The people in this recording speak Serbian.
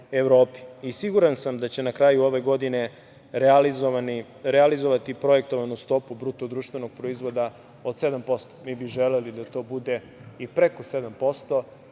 i siguran sam da će na kraju ove godine realizovati projektovanu stopu BDP od 7%. Mi bi želeli da to bude i preko 7%,